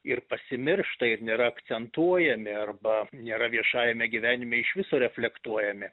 ir pasimiršta ir nėra akcentuojami arba nėra viešajame gyvenime iš viso reflektuojami